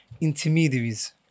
intermediaries